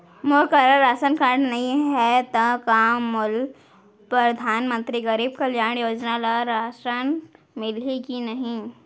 मोर करा ration card नहीं है त का मोल परधानमंतरी गरीब कल्याण योजना ल मोला राशन मिलही कि नहीं?